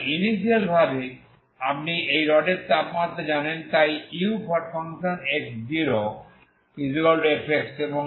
তাই ইনিশিয়াল ভাবে আপনি এই রডের তাপমাত্রা জানেন তাই ux0f এবং x0 এ